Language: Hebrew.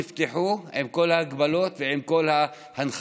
המסעדות נפתחו עם כל ההגבלות ועם כל ההנחיות,